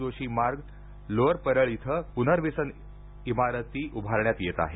जोशी मार्ग लोअर परळ इथं पुनर्वसन इमारती उभारण्यात येत आहेत